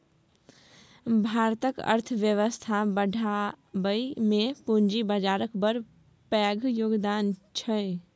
भारतक अर्थबेबस्था बढ़ाबइ मे पूंजी बजारक बड़ पैघ योगदान छै